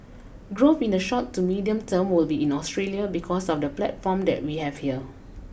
growth in the short to medium term will be in Australia because of the platform that we have here